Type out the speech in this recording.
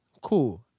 cool